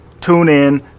TuneIn